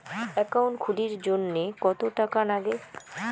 Account খুলির জন্যে কত টাকা নাগে?